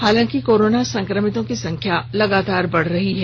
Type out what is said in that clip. हालांकि कोराना संक्रमितों की संख्या लगातार बढ़ रही है